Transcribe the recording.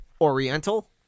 Oriental